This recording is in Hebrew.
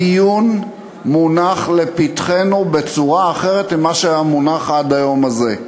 הדיון מונח לפתחנו בצורה אחרת ממה שהיה מונח עד היום הזה.